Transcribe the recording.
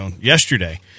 yesterday